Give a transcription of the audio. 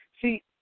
See